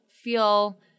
feel